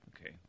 okay